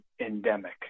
endemic